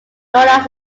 known